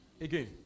again